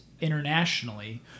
internationally